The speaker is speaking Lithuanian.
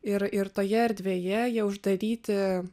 ir ir toje erdvėje jie uždaryti